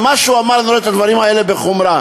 על מה שהוא אמר, אני רואה את הדברים האלה בחומרה.